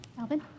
Alvin